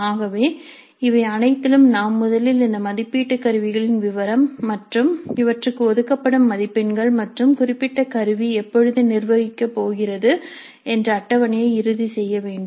ஆகவே இவை அனைத்திலும் நாம் முதலில் இந்த மதிப்பீட்டு கருவிகளின் விவரம் மற்றும் இவற்றுக்கு ஒதுக்கப்படும் மதிப்பெண்கள் மற்றும் குறிப்பிட்ட கருவி எப்பொழுது நிர்வகிக்க போகிறது என்ற அட்டவணைகளை இறுதி செய்ய வேண்டும்